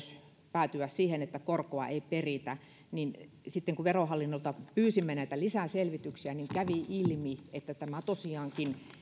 päätyä myös siihen että korkoa ei peritä niin sitten kun verohallinnolta pyysimme lisäselvityksiä kävi ilmi että tätä tosiaankin